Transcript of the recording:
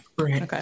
Okay